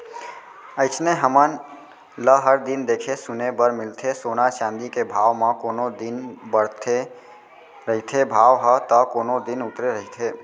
अइसने हमन ल हर दिन देखे सुने बर मिलथे सोना चाँदी के भाव म कोनो दिन बाड़हे रहिथे भाव ह ता कोनो दिन उतरे रहिथे